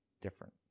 Different